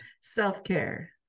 self-care